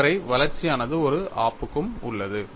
அதுவரை வளர்ச்சியானது ஒரு ஆப்புக்கும் உள்ளது